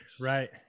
Right